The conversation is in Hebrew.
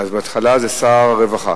אז בהתחלה זה שר הרווחה.